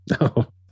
No